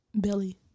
Billy